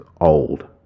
old